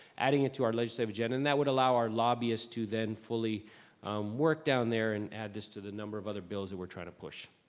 adding it to our legislative agenda, and that would allow our lobbyists to then fully work down there and add this to the number of other bills that we're trying to push.